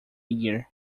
year